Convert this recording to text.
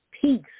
peace